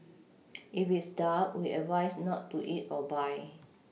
if it's dark we advise not to eat or buy